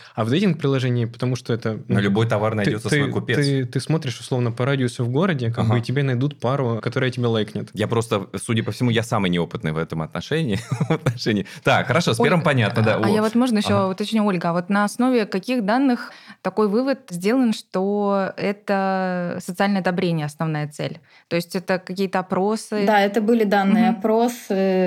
А в дейтинг-приложении, потому что это, На ну, любой товар ты- найдется свой ты- купец. ты- ты смотришь, условно, по радиусу в городе, как бы, и Ага. тебе найдут пару, которая тебе лайкнет. Я просто, судя по всему, я самый неопытный в этом отношении. В отношении. Так, хорошо, с Ольга, первым понятно, да. а я О. вот можно Ага. еще уточню, Ольга, а вот на основе каких данных такой вывод сделан, что это социальное одобрение — основная цель? То есть это какие-то опросы? Да, это были данные, Мгм. опросы.